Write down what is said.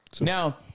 Now